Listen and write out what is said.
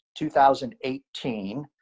2018